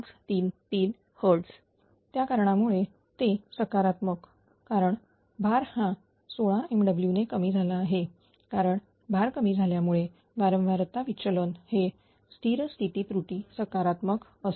533Hz त्या कारणामुळे ते सकारात्मक कारण भार हा 16MW ने कमी झाला आहे कारण भार कमी झाल्यामुळे वारंवार ता विचलन हे स्थिर स्थिती त्रुटी सकारात्मक असेल